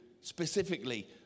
specifically